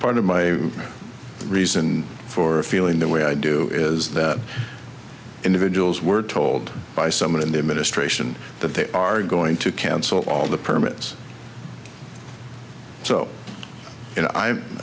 part of my reason for feeling the way i do is that individuals were told by someone in the administration that they are going to cancel all the permits so